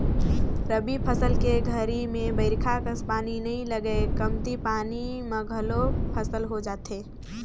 रबी फसल के घरी में बईरखा कस पानी नई लगय कमती पानी म घलोक फसल हो जाथे